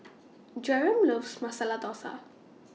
Jereme loves Masala Dosa